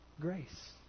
grace